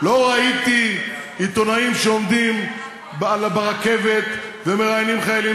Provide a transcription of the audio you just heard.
לא ראיתי עיתונאים שעומדים בתחנות ומראיינים חיילים